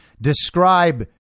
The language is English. describe